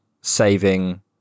saving